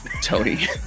Tony